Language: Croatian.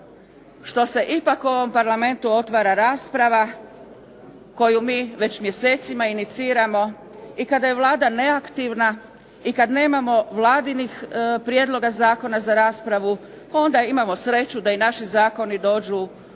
što se ipak u ovom Parlamentu otvara rasprava koju mi već mjesecima iniciramo. I kada je Vlada neaktivna i kad nemamo vladinih prijedloga zakona za raspravu, onda imamo sreću da i naši zakoni dođu na